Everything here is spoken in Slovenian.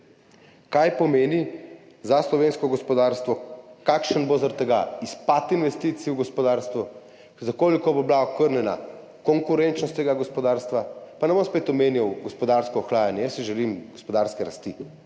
oseb, za slovensko gospodarstvo? Kakšen bo zaradi tega izpad investicij v gospodarstvu? Za koliko bo okrnjena konkurenčnost tega gospodarstva? Pa ne bom spet omenjal gospodarskega ohlajanja, jaz si želim gospodarske rasti